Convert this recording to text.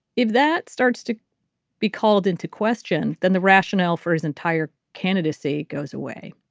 if that starts to be called into question then the rationale for his entire candidacy goes away.